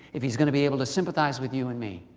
if he's going to be able to sympathize with you and me.